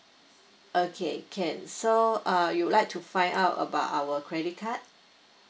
okay can so uh you would like to find out about our credit card